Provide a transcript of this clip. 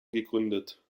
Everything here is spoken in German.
gegründet